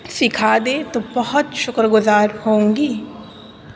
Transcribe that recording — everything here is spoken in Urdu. سکھا دیں تو بہت شکر گزار ہوں گی